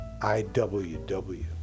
IWW